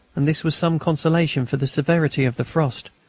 and this was some consolation for the severity of the frost,